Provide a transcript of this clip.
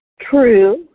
True